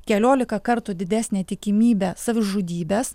keliolika kartų didesnė tikimybė savižudybes